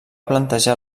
plantejar